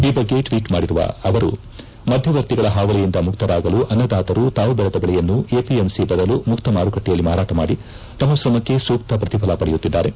ಈ ಬಗ್ಗೆ ಟ್ವೀಟ್ ಮಾಡಿದರುವ ಅವರು ಮಧ್ಯವರ್ತಿಗಳ ಹಾವಳಿಯಿಂದ ಮುಕ್ತರಾಗಲು ಅನ್ನದಾತರು ತಾವು ಬೆಳೆದ ಬೆಳೆಯನ್ನು ಎಪಿಎಂಸಿ ಬದಲು ಮುಕ್ತ ಮಾರುಕಟ್ಟೆಯಲ್ಲಿ ಮಾರಾಟ ಮಾಡಿ ತಮ್ಮ ಶ್ರಮಕ್ಕೆ ಸೂಕ್ತ ಪ್ರತಿಫಲ ಪಡೆಯುತ್ತಿದ್ದಾರೆ